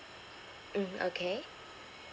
mm okay